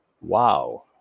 wow